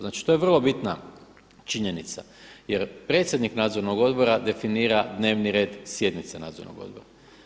Znači to je vrlo bitna činjenica jer predsjednik nadzornog odbora definira dnevni red sjednice nadzornog odbora.